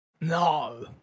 No